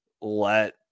let